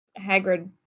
Hagrid